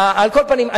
על כל פנים,